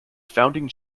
founding